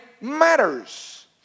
matters